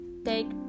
take